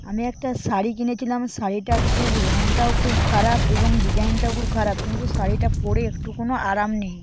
আমি একটা শাড়ি কিনেছিলাম শাড়িটা খুব রঙটাও খুব খারাপ এবং ডিজাইনটাও খুব খারাপ কিন্তু শাড়িটা পরে একটু কোনো আরাম নেই